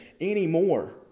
anymore